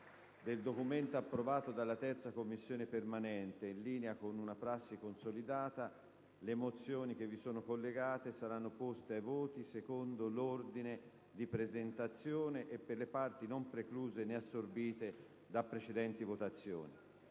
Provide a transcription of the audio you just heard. n. 16, approvato dalla 3a Commissione permanente, in linea con una prassi consolidata, le connesse mozioni saranno poste ai voti secondo l'ordine di presentazione e per le parti non precluse né assorbite da precedenti votazioni.